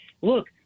look –